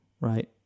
right